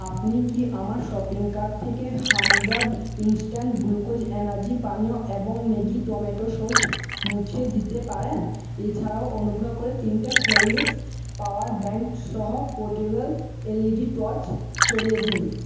আপনি কি আমার শপিং কার্ট থেকে হামদর্দ ইনস্ট্যান্ট গ্লুকোজ এনার্জি পানীয় এবং ম্যাগি টম্যাটো সস মুছে দিতে পারেন এছাড়াও অনুগ্রহ করে তিনটে হ্যালনিক্স পাওয়ার ব্যাঙ্ক সহ পোর্টেবল এলইডি টর্চ সরিয়ে দিন